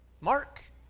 Mark